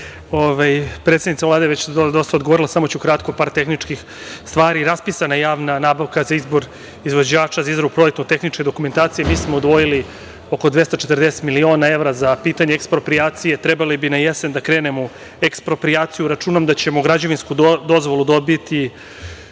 Predsednica Vlade je već dosta odgovorila, samo ću kratko, par tehničkih stvari. Raspisana je javna nabavka za izbor izvođača za izradu projektno-tehničke dokumentacije. Mi smo odvojili oko 240 miliona evra za pitanje eksproprijacije, trebali bi na jesen da krenemo u eksproprijaciju. Računam da ćemo građevinsku dozvolu dobiti